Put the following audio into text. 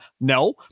No